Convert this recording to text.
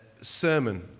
sermon